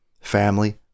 family